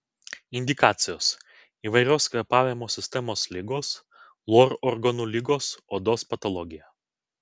indikacijos įvairios kvėpavimo sistemos ligos lor organų ligos odos patologija